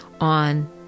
on